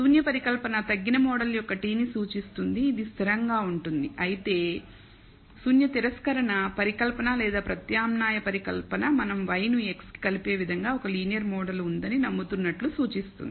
శూన్య పరికల్పన తగ్గిన మోడల్ యొక్క t ని సూచిస్తుంది ఇది స్థిరంగా ఉంటుంది అయితే శూన్య తిరస్కరణ పరికల్పన లేదా ప్రత్యామ్నాయ పరికల్పన మనం y ను x కి కలిపే విధంగా ఒక లీనియర్ మోడల్ ఉందని నమ్ముతున్నట్లు సూచిస్తుంది